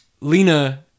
Lena